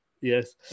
yes